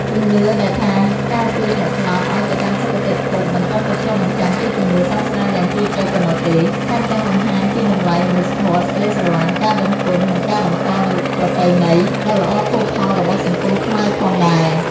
ជំនឿដែលថាការជួយអ្នកស្លាប់ឲ្យទៅកាន់សុគតិភព មិនត្រឹមតែឆ្លុះបញ្ចាំងពីជំនឿសាសនាយ៉ាងជ្រាលជ្រៅប៉ុណ្ណោះទេ ថែមទាំងបង្ហាញពីតម្លៃមនុស្សធម៌ សេចក្តីស្រឡាញ់ ការដឹងគុណ និងការបន្តនូវប្រពៃណី ដ៏ល្អផូរផង់របស់សង្គមខ្មែរផងដែរ។